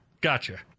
gotcha